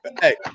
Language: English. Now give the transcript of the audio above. Hey